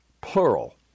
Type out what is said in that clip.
Plural